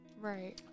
Right